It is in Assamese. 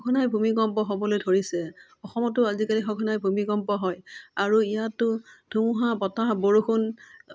সঘনাই ভূমিকম্প হ'বলৈ ধৰিছে অসমতো আজিকালি সঘনাই ভূমিকম্প হয় আৰু ইয়াতো ধুমুহা বতাহ বৰষুণ